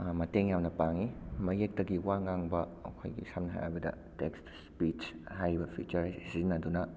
ꯃꯇꯦꯡ ꯌꯥꯝꯅ ꯄꯥꯡꯉꯤ ꯃꯌꯦꯛꯇꯒꯤ ꯋꯥ ꯉꯥꯡꯕ ꯑꯩꯈꯣꯏꯒꯤ ꯁꯝꯅ ꯍꯥꯏꯔꯕꯗ ꯇꯦꯛꯁ ꯏꯁꯄꯤꯁ ꯍꯥꯏꯔꯤꯕ ꯐꯤꯆꯔ ꯑꯁꯤ ꯁꯤꯖꯤꯟꯅꯗꯨꯅ